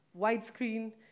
widescreen